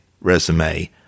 resume